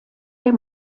der